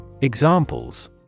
Examples